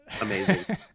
amazing